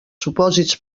supòsits